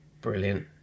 Brilliant